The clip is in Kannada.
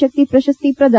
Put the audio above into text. ಶಕ್ತಿ ಪ್ರಶಸ್ತಿ ಪ್ರದಾನ